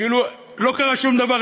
כאילו לא קרה שום דבר,